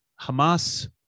Hamas